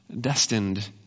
destined